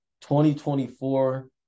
2024